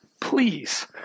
please